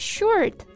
Short